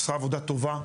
עושה עבודה טובה.